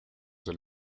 del